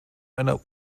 einer